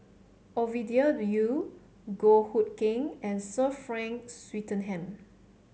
Ovidia Yu Goh Hood Keng and Sir Frank Swettenham